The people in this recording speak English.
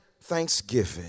thanksgiving